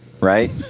Right